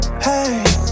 Hey